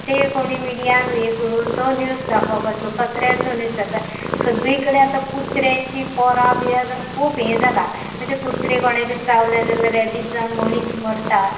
ते कोणी मिडियान हे करून तो न्यूज दाखोवपाचो कचऱ्याचो न्यूज दाखपाचे सगळी कडेन आतां कुत्र्यांची परां बिरां जावन खूब हें जालां मागीर तें कुत्रे कोणाक चावलें जाल्यार रेबीज जावन मणीस मरता